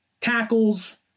tackles